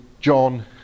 John